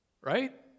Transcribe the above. Right